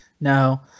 No